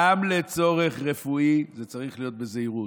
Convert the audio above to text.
גם לצורך רפואי זה צריך להיות בזהירות,